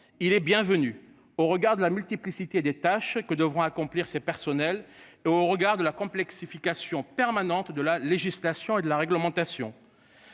il est bienvenu au regard de la multiplicité des tâches que devront accomplir ses personnels et au regard de la complexification permanente de la législation et de la réglementation.